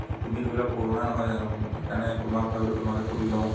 আৰু তুমি ধৰি লোৱা পুৰণা নহয় জানোঁ সেইকাৰণে তোমাক ভাবিলোঁ তোমাকে সুধি লওঁ